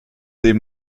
des